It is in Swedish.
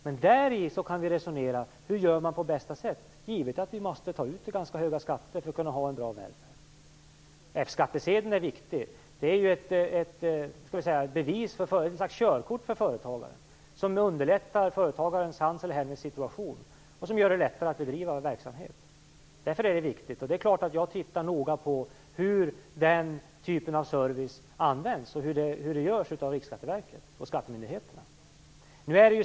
Men däri kan vi resonera om hur man gör på bästa sätt, givet att vi måste ta ut ganska höga skatter för att kunna ha en bra välfärd. F-skattsedeln är viktig. Den är ett körkort för företagaren, som underlättar hans eller hennes situation och som gör det lättare att bedriva verksamhet. Jag tittar noga på hur den typen av service används och hur Riksskatteverket och skattemyndigheterna gör.